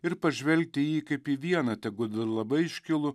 ir pažvelgti į jį kaip į vieną tegul ir labai iškilų